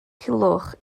culhwch